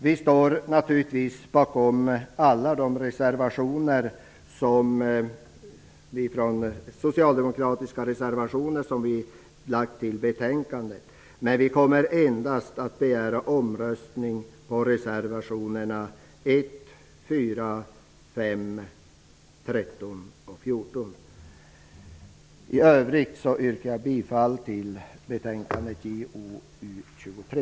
Vi står naturligtvis bakom alla de socialdemokratiska reservationer som vi fogat till betänkandet, men vi kommer endast att begära omröstning på reservationerna 1, 4, 5, 13 och 14. I övrigt yrkar jag bifall till hemställan i betänkande